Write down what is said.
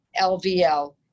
LVL